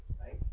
Right